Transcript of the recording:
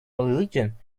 religion